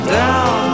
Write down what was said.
down